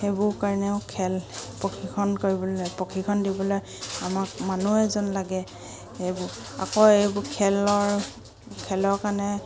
সেইবোৰ কাৰণেও খেল প্ৰশিক্ষণ কৰিবলৈ প্ৰশিক্ষণ দিবলৈ আমাক মানুহ এজন লাগে এইবোৰ আকৌ এইবোৰ খেলৰ খেলৰ কাৰণে